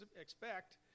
expect